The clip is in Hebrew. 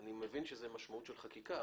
אני מבין שזו משמעות של חקיקה,